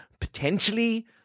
potentially